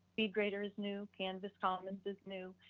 speedgrader is new, canvas commons is new,